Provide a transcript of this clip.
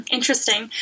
Interesting